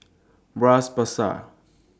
Bras Basah